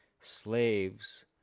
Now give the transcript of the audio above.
slaves